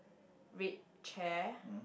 red chair